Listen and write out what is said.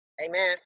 Amen